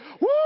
Woo